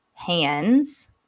Hands